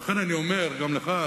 לכן אני אומר גם לך,